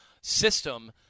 system